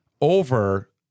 over